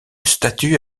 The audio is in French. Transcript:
statut